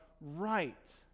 right